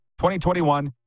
2021